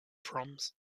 proms